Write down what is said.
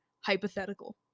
hypothetical